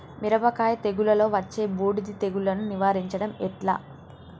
మిరపకాయ తెగుళ్లలో వచ్చే బూడిది తెగుళ్లను నివారించడం ఎట్లా?